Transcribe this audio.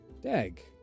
Dag